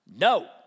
no